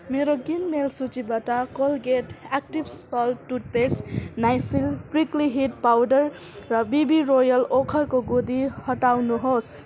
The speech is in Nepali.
मेरो किनमेल सूचीबाट Colgate active salt toothpaste Nycil prickly heat powder र बिबी रोयल ओखरको गुदी हटाउनुहोस्